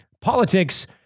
politics